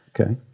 Okay